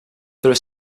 there